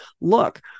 look